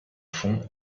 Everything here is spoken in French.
fonds